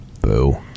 boo